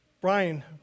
Brian